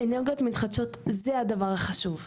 אנרגיות מתחדשות זה הדבר החשוב.